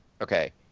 Okay